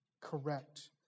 correct